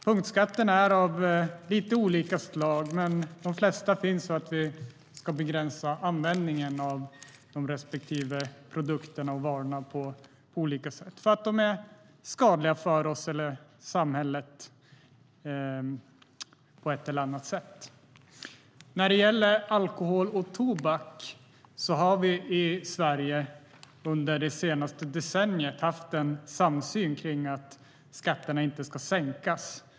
Punktskatterna är av lite olika slag, men de flesta finns för att vi ska begränsa användningen av de respektive produkterna och varorna på olika sätt därför att de är skadliga för oss eller samhället på ett eller annat sätt. När det gäller alkohol och tobak har vi i Sverige under det senaste decenniet haft en samsyn kring att skatterna inte ska sänkas.